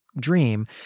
Dream